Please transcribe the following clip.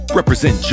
represent